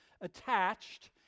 attached